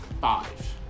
five